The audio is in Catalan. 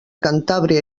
cantàbria